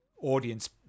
audience